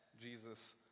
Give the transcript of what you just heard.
Jesus